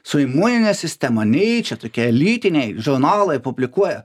su imunine sistema nature tokie elitiniai žurnalai publikuoja